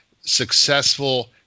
successful